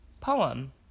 poem